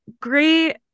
great